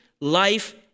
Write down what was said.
life